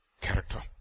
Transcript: character